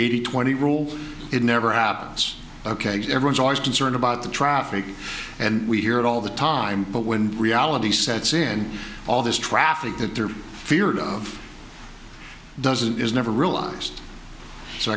eighty twenty rule it never happens ok everyone's always concerned about the traffic and we hear it all the time but when reality sets in all this traffic that there are fears of doesn't is never realized so